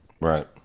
Right